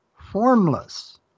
formless